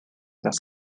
las